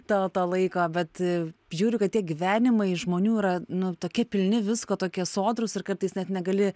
to to laiko bet žiūriu kad tie gyvenimai žmonių yra nu tokie pilni visko tokie sodrūs ir kartais net negali